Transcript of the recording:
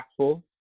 impactful